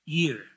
year